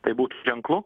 tai būtų ženklu